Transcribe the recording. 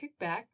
kickback